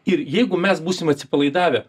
ir jeigu mes būsim atsipalaidavę